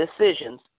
decisions